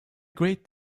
great